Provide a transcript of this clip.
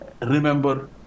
remember